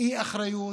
אי-אחריות.